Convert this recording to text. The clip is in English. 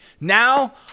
Now